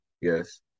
Yes